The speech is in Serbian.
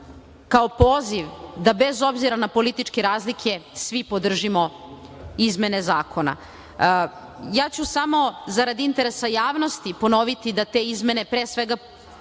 kao poziv da bez obzira na političke razlike svi podržimo izmene zakona. Ja ću samo zarad interesa javnosti ponoviti da te izmene, pre svega,